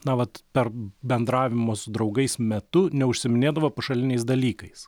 na vat per bendravimo su draugais metu neužsiiminėdavo pašaliniais dalykais